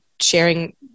sharing